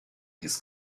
his